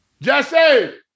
Jesse